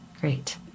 Great